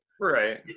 right